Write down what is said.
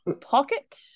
pocket